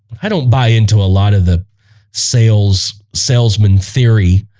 i don't buy into a lot of the sales salesman theory,